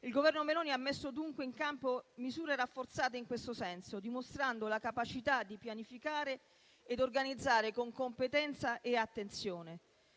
Il Governo Meloni ha messo dunque in campo misure rafforzate in questo senso, dimostrando la capacità di pianificare ed organizzare con competenza e attenzione,